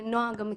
נועה גם מכירה.